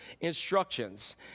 instructions